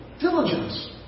Diligence